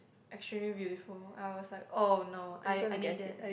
extremely beautiful I was like oh no I I need that